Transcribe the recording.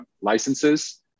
licenses